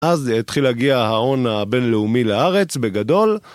אז התחיל להגיע ההון הבינלאומי לארץ בגדול..